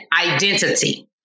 identity